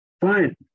fine